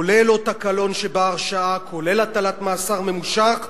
כולל אות הקלון שבהרשעה, כולל הטלת מאסר ממושך.